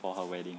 for her wedding